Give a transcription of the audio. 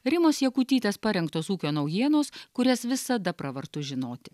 rimos jakutytės parengtos ūkio naujienos kurias visada pravartu žinoti